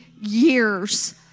years